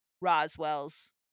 Roswell's